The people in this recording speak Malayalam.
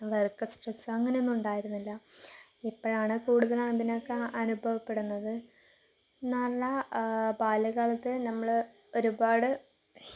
വർക്ക് സ്ട്രെസ്സ് അങ്ങനെയൊന്നും ഉണ്ടായിരുന്നില്ല ഇപ്പോഴാണു കൂടുതലും അതിനെയൊക്കെ അനുഭവപ്പെടുന്നത് എന്നു പറഞ്ഞാൽ ബാല്യകാലത്തു നമ്മൾ ഒരുപാട്